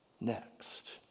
next